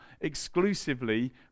exclusively